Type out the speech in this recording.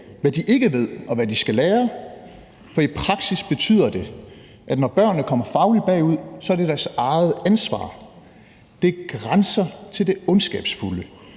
hvad de ikke ved, og hvad de skal lære, for i praksis betyder det, at når børnene kommer fagligt bagud, er det deres eget ansvar. Det grænser til det ondskabsfulde.